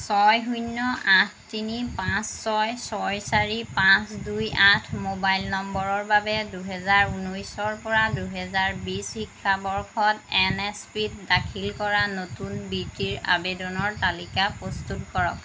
ছয় শূন্য আঠ তিনি পাঁচ ছয় ছয় চাৰি পাঁচ দুই আঠ মোবাইল নম্বৰৰ বাবে দুহেজাৰ ঊনৈছৰ পৰা দুহেজাৰ বিছ শিক্ষাবৰ্ষত এন এছ পি ত দাখিল কৰা নতুন বৃত্তিৰ আবেদনৰ তালিকা প্ৰস্তুত কৰক